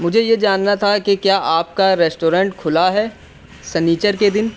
مجھے یہ جاننا تھا کہ کیا آپ کا ریسٹورینٹ کھلا ہے سنیچر کے دن